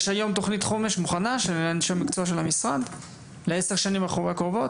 יש היום תכנית חומש מוכנה של אנשי המקצוע של המשרד ל-10 השנים הקרובות?